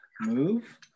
move